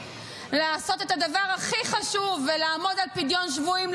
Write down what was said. לעשות את הדבר הכי חשוב ולעמוד על פדיון שבויים,